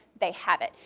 they have it.